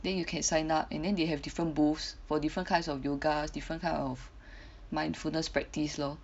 then you can sign up and then they have different booths for different kinds of yoga different kind of mindfulness practice lor